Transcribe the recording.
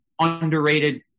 underrated